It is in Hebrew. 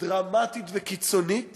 דרמטית וקיצונית